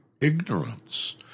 ignorance